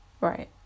right